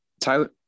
Tyler